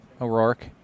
O'Rourke